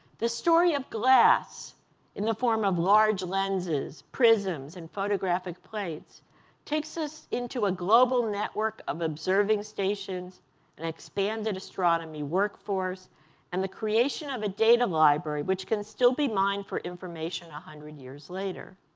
the story of glass in the form of large lenses, prisms, and photographic plates takes us into a global network of observing stations and expanded astronomy workforce and the creation of a data library which can still be mined for information one hundred years later.